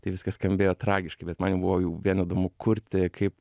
tai viskas skambėjo tragiškai bet man jau buvo jau vien įdomu kurti kaip